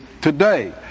today